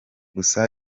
gusa